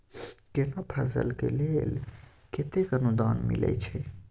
केना फसल के लेल केतेक अनुदान मिलै छै?